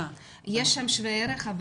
יש שם שווה ערך,